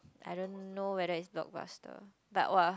I don't know whether is blockbuster but !wah!